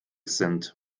sind